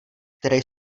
které